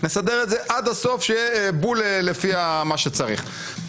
נסדר עד הסוף שיהיה בול לפי מה שצריך.